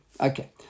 Okay